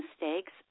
mistakes